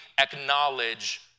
acknowledge